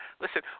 Listen